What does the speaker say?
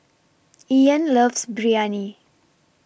Ian loves Biryani